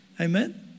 Amen